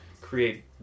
create